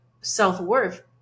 self-worth